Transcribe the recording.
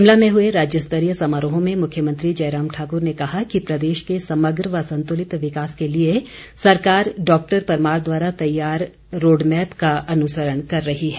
शिमला में हए राज्यस्तरीय समारोह में मुख्यमंत्री जयराम ठाकर ने कहा कि प्रदेश के समग्र व संतुलित विकास के लिए सरकार डॉक्टर परमार द्वारा तैयार रोडमैप का अनुसरण कर रही है